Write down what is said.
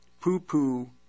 poo-poo